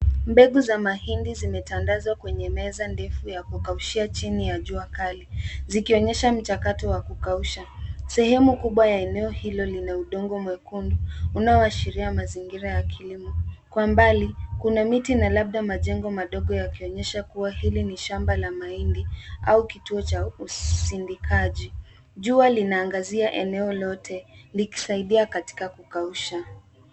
Mbegu za mahindi zimetandazwa kwenye meza ndefu ya kukaushia chini ya jua kali, zikionyesha mchakato wa kukausha. Sehemu kubwa ya eneo hilo lina udongo mwekundu unaoashiria mazingira ya kilimo. Kwa mbali, kuna miti na labda majengo madogo yakionyesha kuwa hili ni shamba la mahindi au kituo cha usindikaji. Jua linaangazia eneo lote, likisaidia katika kukausha.